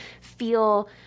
feel